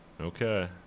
Okay